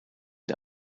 der